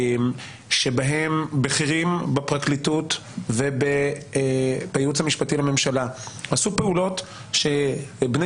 שבהן בכירים בפרקליטות ובייעוץ המשפטי לממשלה עשו פעולות שבני